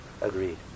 agreed